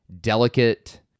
delicate